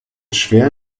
schwer